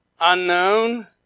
Unknown